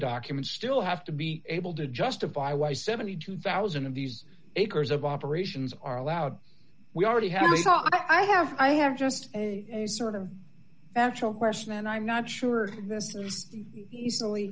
documents still have to be able to justify why seventy two thousand of these acres of operations are allowed we already have me so i have i have just sort of factual question and i'm not sure this is easily